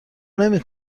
نمی